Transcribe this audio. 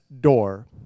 door